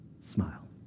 Smile